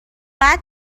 بعد